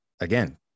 again